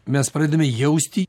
mes pradedame jausti